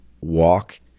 walk